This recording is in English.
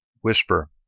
Whisper